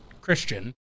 Christian